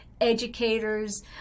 educators